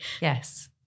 Yes